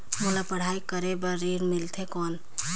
मोला पढ़ाई करे बर ऋण मिलथे कौन?